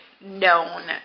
known